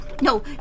No